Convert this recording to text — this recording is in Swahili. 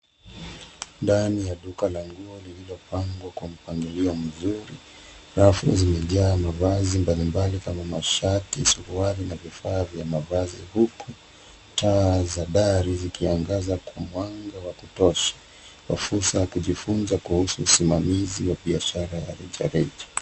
Ndani ya duka la nguo lililopangwa kwa mpangilio mzuri, rafu zimejaa mavazi mbalimbali kama vile mashati, suruali na vifaa vya mavazi huku taa za dari zikiangaza kwa mwanga wa kutosha. Fursa ya kujifunza kuhusu usimamizi wa biashara yake.